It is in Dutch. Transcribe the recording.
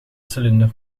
cilinder